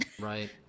Right